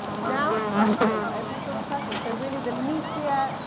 now, questions. i open the field to questions. so really, the meatier,